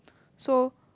so